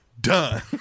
done